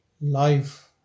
life